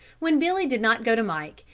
when billy did not go to mike,